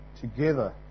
together